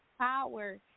power